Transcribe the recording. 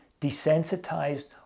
desensitized